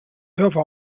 server